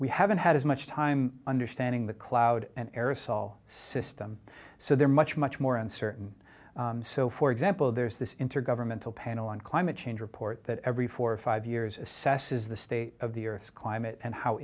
we haven't had as much time understanding the cloud and aerosol system so they're much much more uncertain so for example there's this intergovernmental panel on climate change report that every four five years assesses the state of the earth's climate and how